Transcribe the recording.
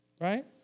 Right